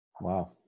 wow